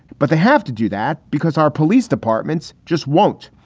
but they have to do that because our police departments just won't.